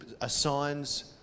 assigns